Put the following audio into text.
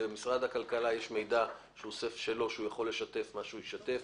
למשרד הכלכלה יש מידע שלו שהוא יכול לשתף במה שהוא ישתף,